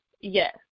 yes